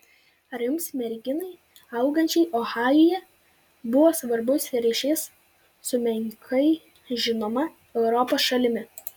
ar jums merginai augančiai ohajuje buvo svarbus ryšys su menkai žinoma europos šalimi